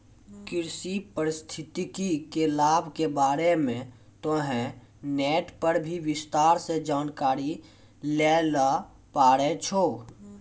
कृषि पारिस्थितिकी के लाभ के बारे मॅ तोहं नेट पर भी विस्तार सॅ जानकारी लै ल पारै छौ